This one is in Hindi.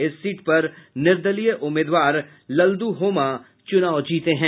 इस सीट पर निर्दलीय उम्मीदवार ललदुहोमा चुनाव जीते हैं